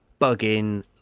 bugging